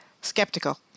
skeptical